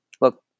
look